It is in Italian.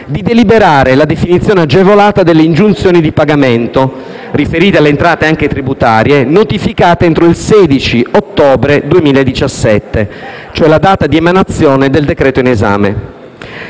di deliberare la definizione agevolata delle ingiunzioni di pagamento riferite alle entrate anche tributarie, notificate entro il 16 ottobre 2017, che è la data di emanazione del decreto in esame.